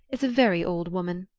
is a very old woman.